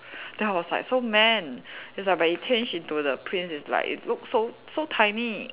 then I was like so man is like but he change into the prince it's like it look so so tiny